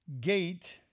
gate